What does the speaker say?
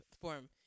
form